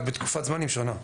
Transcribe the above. רק בתקופת זמנים שונה.